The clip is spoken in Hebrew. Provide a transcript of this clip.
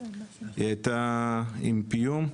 היא הייתה עם פיום.